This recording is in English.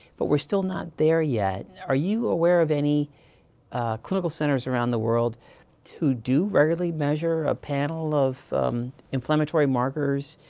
but we're still not there yet. are you aware of any clinical centers around the world who do regularly measure a panel of inflammatory markers,